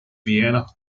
vienna